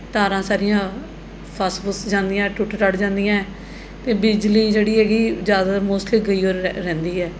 ਤਾਰਾਂ ਸਾਰੀਆਂ ਫਸ ਫੁਸ ਜਾਂਦੀਆਂ ਟੁੱਟ ਟੱਟ ਜਾਂਦੀਆਂ ਅਤੇ ਬਿਜਲੀ ਜਿਹੜੀ ਹੈਗੀ ਜ਼ਿਆਦਾ ਮੋਸਟਲੀ ਗਈ ਉਹ ਰਹਿ ਰਹਿੰਦੀ ਹੈ